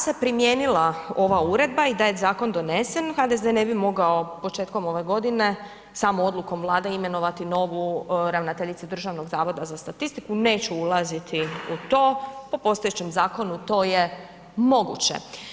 Da, da se primijenila ova uredba i da je zakon donesen HDZ ne bi mogao početkom ove godine samo odlukom Vlade imenovati novu ravnateljicu Državnog zavoda za statistiku, neću ulaziti u to, po postojećem zakonu to je moguće.